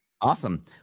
Awesome